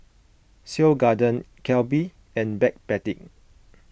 Seoul Garden Calbee and Backpedic